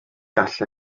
gall